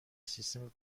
سیستم